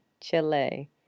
Chile